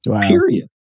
Period